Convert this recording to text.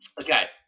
Okay